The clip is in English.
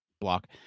Block